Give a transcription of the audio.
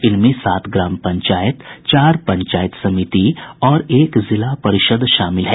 इनमें सात ग्राम पंचायत चार पंचायत समिति और एक जिला परिषद शामिल हैं